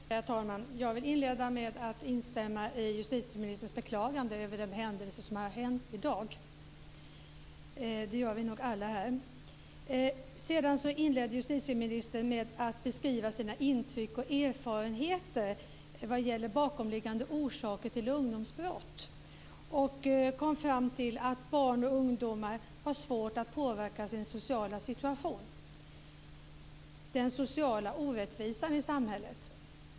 Herr talman! Jag vill inleda med att instämma i justitieministerns beklagande över den händelse som har hänt i dag. Det gör vi nog alla. Justitieministern inledde med att beskriva sina intryck och erfarenheter vad gäller bakomliggande orsaker till ungdomsbrott, och kom fram till att barn och ungdomar har svårt att påverka sin sociala situation; den sociala orättvisan i samhället.